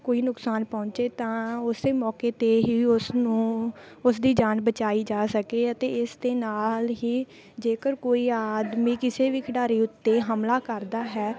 ਕੋਈ ਨੁਕਸਾਨ ਪਹੁੰਚੇ ਤਾਂ ਉਸ ਮੌਕੇ 'ਤੇ ਹੀ ਉਸ ਨੂੰ ਉਸ ਦੀ ਜਾਨ ਬਚਾਈ ਜਾ ਸਕੇ ਅਤੇ ਇਸ ਦੇ ਨਾਲ ਹੀ ਜੇਕਰ ਕੋਈ ਆਦਮੀ ਕਿਸੇ ਵੀ ਖਿਡਾਰੀ ਉੱਤੇ ਹਮਲਾ ਕਰਦਾ ਹੈ